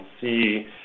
see